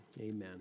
amen